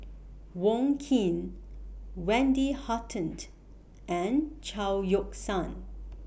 Wong Keen Wendy Hutton and Chao Yoke San